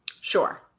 sure